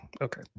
Okay